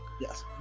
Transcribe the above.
Yes